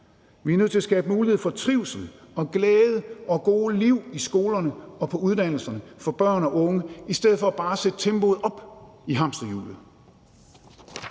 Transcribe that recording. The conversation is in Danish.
Vi er nødt til at skabe mulighed for trivsel og glæde og gode liv i skolerne og på uddannelserne for børn og unge i stedet for bare at sætte tempoet op i hamsterhjulet.